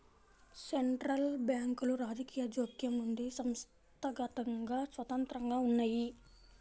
central బ్యాంకులు రాజకీయ జోక్యం నుండి సంస్థాగతంగా స్వతంత్రంగా ఉన్నయ్యి